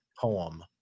poem